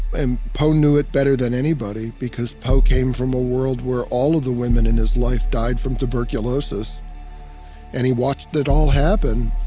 and poe knew it better than anybody because poe came from a world where all of the women in his life died from tuberculosis and he watched that all happen.